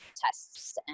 tests